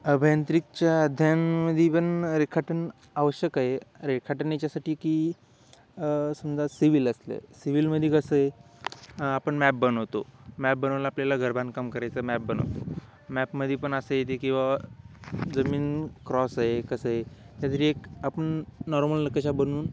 अभियांत्रिकच्या अध्ययनमध्ये पण रेखाटन आवश्यक आहे रेखाटन याच्यासाठी की समजा सिव्हल असलं सि्हलमध्ये कसंय आपण मॅप बनवतो मॅप बनवायला आपल्याला घरबांधकाम करायचं मॅप बनवतो मॅपमध्ये पण असंय ते बाबा कि जमीन क्रॉस आहे कसंय त्यातरी एक आपण नॉर्मल नकाशा बनवून